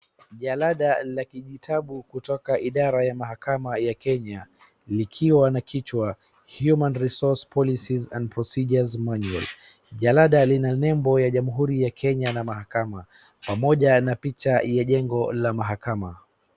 Jalada la kijitabu kutoka idara ya mahakama ya Kenya likiwa na kichwa Human Resource and procedure Manual . Jalada lina nembo ya jamhuri ya Kenya na mahakama pamoja na picha ya jengo la mahakama.